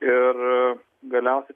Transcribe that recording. ir galiausiai